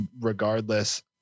regardless